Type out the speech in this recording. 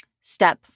Step